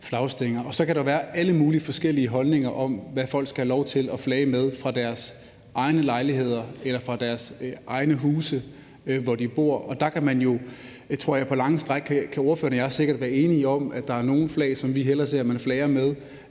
Så kan der jo være alle mulige forskellige holdninger om, hvad folk skal have lov til at flage med fra deres egne lejligheder eller deres egne huse, hvor de bor, og der kan ordføreren og jeg, tror jeg, jo på lange stræk sikkert være enige om, at der er nogle flag, som vi hellere ser man flager med